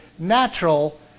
Natural